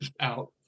out